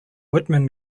whitman